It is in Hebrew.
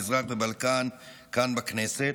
המזרח והבלקן כאן בכנסת.